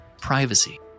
privacy